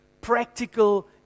practical